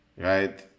Right